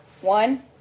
one